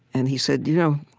and he said, you know,